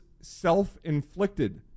self-inflicted